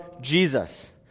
Jesus